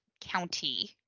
county